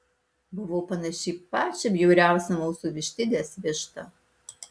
buvau panaši į pačią bjauriausią mūsų vištidės vištą